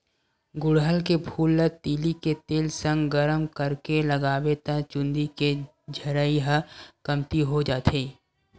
गुड़हल के फूल ल तिली के तेल संग गरम करके लगाबे त चूंदी के झरई ह कमती हो जाथे